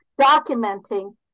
documenting